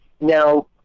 Now